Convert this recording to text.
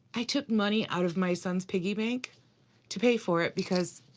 i took money out of my son's piggy bank to pay for it, because